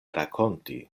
rakonti